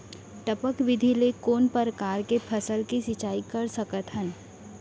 टपक विधि ले कोन परकार के फसल के सिंचाई कर सकत हन?